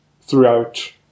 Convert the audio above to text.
Throughout